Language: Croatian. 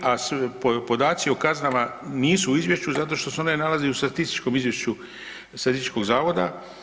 A podaci o kaznama nisu u Izvješću zato što se ona nalazi u statističkom izvješću Statističkog zavoda.